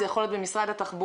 זה יכול להיות במשרד התחבורה,